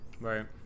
Right